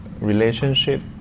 relationship